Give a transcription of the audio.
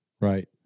Right